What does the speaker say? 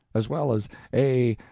as well as a,